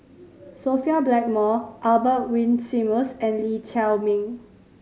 Sophia Blackmore Albert Winsemius and Lee Chiaw Meng